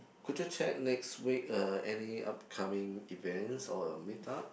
could you check next week uh any upcoming events or meet up